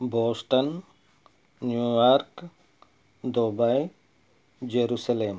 Boston New York Dubai Jerusalem